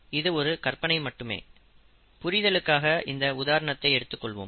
இது ஒரு கற்பனை மட்டுமே புரிதலுக்காக இந்த உதாரணத்தை எடுத்துக் கொள்வோம்